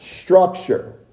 structure